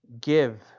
Give